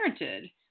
parented